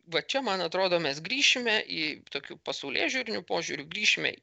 va čia man atrodo mes grįšime į tokiu pasaulėžiūriniu požiūriu grįšime